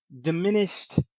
diminished